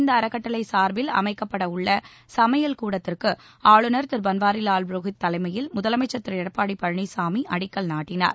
இந்த அறக்கட்டளை சார்பில் அமைக்கப்பட உள்ள சமையல் கூடத்திற்கு அஆளுநர் திரு பன்வாரிலால் புரோஹித் தலைமையில் முதலமைச்சர் திரு எடப்பாடி பழனிசாமி அடிக்கல் நாட்டினார்